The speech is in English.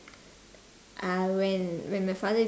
uh when when my father